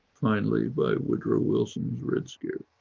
finally by woodrow wilson's red scare,